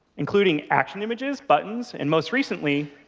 including action images, buttons, and most recently,